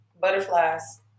butterflies